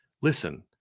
Listen